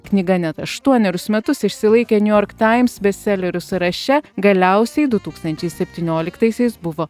knyga net aštuonerius metus išsilaikė new york times bestselerių sąraše galiausiai du tūkstančiai septynioliktaisiais buvo